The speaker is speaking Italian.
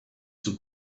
sul